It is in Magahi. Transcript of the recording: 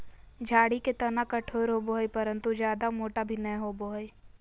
झाड़ी के तना कठोर होबो हइ परंतु जयादा मोटा भी नैय होबो हइ